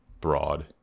broad